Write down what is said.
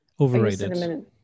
Overrated